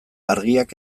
argiak